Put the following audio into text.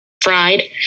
fried